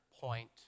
point